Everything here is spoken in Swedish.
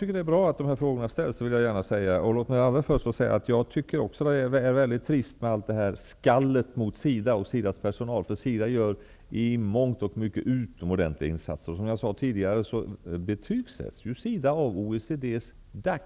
Herr talman! Jag vill gärna säga att jag tycker att det är bra att dessa frågor ställs. Också jag tycker att det är trist med skallet mot SIDA och dess personal, för SIDA gör i mångt och mycket utomordentliga insatser. Som jag sade tidigare betygsätts SIDA av OECD:s organ DAC